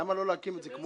למה אתה לא להקים כמו